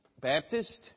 Baptist